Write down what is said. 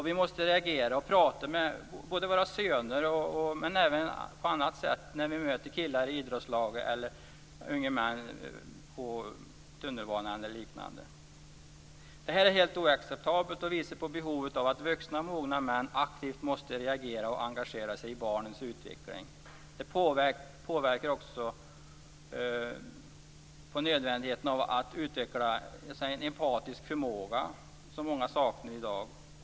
Vi måste reagera och prata med våra söner och även när vi möter killar i idrottslaget, unga män på tunnelbanan eller liknande. Det här är helt oacceptabelt och visar på behovet av att vuxna, mogna män aktivt måste reagera och engagera sig i barnens utveckling. Det visar också på nödvändigheten att utveckla en empatisk förmåga som många saknar i dag.